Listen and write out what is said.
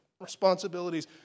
responsibilities